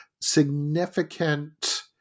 significant